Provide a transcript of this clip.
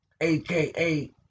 aka